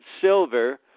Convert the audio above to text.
silver